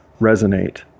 resonate